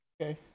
Okay